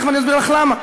ותכף אני אסביר לך למה.